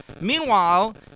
Meanwhile